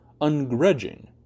ungrudging